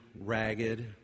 ragged